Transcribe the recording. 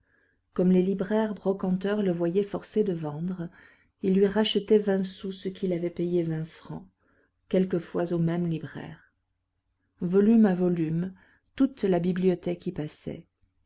comme les libraires brocanteurs le voyaient forcé de vendre ils lui rachetaient vingt sous ce qu'il avait payé vingt francs quelquefois aux mêmes libraires volume à volume toute la bibliothèque y passait